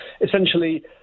essentially